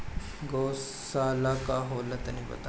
गौवशाला का होला तनी बताई?